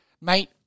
mate